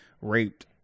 raped